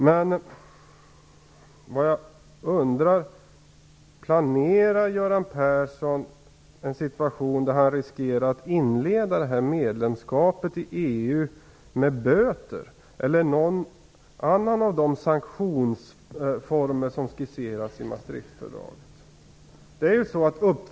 Men vad jag undrar är: Planerar Göran Persson en situation där han riskerar att inleda medlemskapet i EU med böter eller med någon annan av de sanktionsformer som skisseras i Maastrichtfördraget?